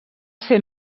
ser